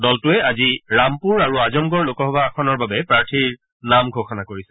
দলে আজি ৰামপুৰ আৰু আজমগড় লোকসভা আসনৰ বাবে প্ৰাৰ্থীৰ নাম ঘোষণা কৰিছে